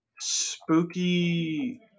spooky